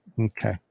Okay